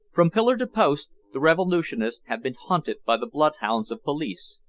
from pillar to post the revolutionists have been hunted by the bloodhounds of police,